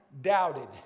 doubted